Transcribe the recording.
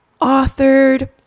authored